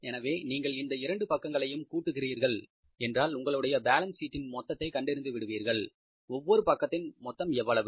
எனவே நீங்கள் இந்த இரண்டு பக்கங்களையும் கூட்டுகிறீர்கள் என்றால் உங்களுடைய பேலன்ஸ் ஷீட்டின் மொத்தத்தை கண்டறிந்துவிடுவீர்கள் ஒவ்வொரு பக்கத்தின் மொத்தம் எவ்வளவு